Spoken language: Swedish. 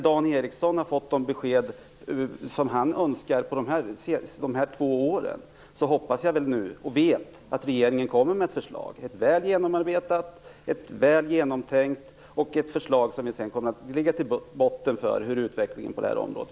Dan Ericsson har inte fått de besked som han önskat under dessa två år, men jag hoppas och vet att regeringen kommer med ett förslag, som är väl genomarbetat och väl genomtänkt och som kommer att ligga till grund för utvecklingen på det här området.